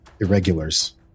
irregulars